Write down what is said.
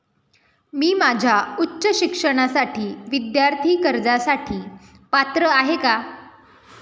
मी माझ्या उच्च शिक्षणासाठी विद्यार्थी कर्जासाठी पात्र आहे का?